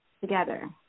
together